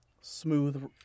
Smooth